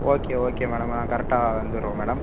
okay okay madam நான் கரெக்டாக வந்துடுறோம் மேடம்